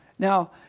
Now